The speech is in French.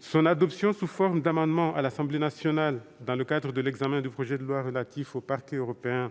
Son adoption sous forme d'amendement à l'Assemblée nationale dans le cadre de l'examen du projet de loi relatif au Parquet européen